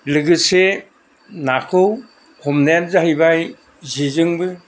लोगोसे नाखौ हमनाया जाहैबाय जेजोंबो